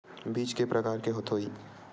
बीज के प्रकार के होत होही?